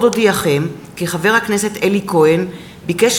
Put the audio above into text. עוד אודיעכם כי חבר הכנסת אלי כהן ביקש